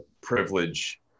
privilege